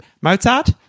Mozart